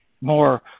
more